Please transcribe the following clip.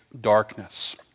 darkness